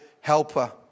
helper